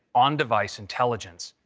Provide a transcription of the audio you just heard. on-device intelligence.